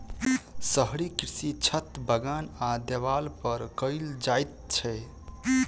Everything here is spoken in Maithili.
शहरी कृषि छत, बगान आ देबाल पर कयल जाइत छै